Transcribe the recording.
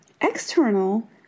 External